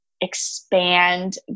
expand